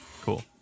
cool